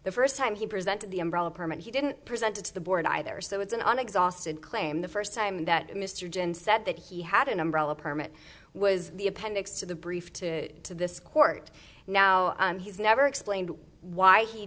the first time he presented the umbrella permit he didn't present it to the board either so it's an on exhausted claim the first time that mr dinh said that he had an umbrella permit was the appendix to the brief to to this court now he's never explained why he